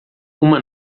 uma